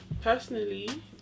personally